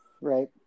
Right